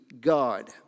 god